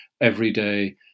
everyday